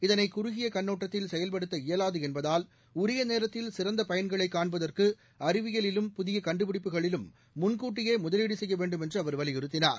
இதனை குறுகிய கண்ணோட்டத்தில் செயல்படுத்த இயலாது என்பதால் உரிய நேரத்தில் சிறந்த பயன்களை காண்பதற்கு அறிவியலிலும் புதிய கண்டுபிடிப்புகளிலும் முன்கூட்டியே முதலீடு செய்ய வேண்டுமென்று அவர் வலியறுத்தினார்